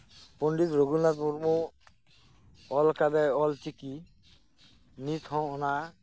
ᱯᱚᱸᱰᱤᱛ ᱨᱚᱜᱷᱩᱱᱟᱛᱷ ᱢᱩᱨᱢᱩ ᱚᱞ ᱟᱠᱟᱫᱟᱭ ᱚᱞᱪᱤᱠᱤ ᱱᱤᱛᱦᱚᱸ ᱚᱱᱟ